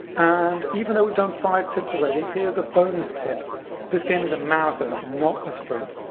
and even though we've done five tips already, here's a bonus tip this game is a marathon, not a sprint.